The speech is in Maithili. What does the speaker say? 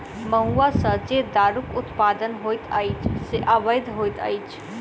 महुआ सॅ जे दारूक उत्पादन होइत अछि से अवैध होइत अछि